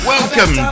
Welcome